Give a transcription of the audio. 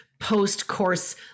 post-course